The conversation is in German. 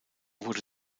wurde